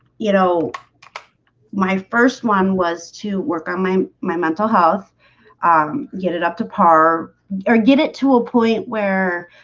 you know my first one was to work on my my mental health um get it up to par or get it to a point where?